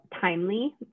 timely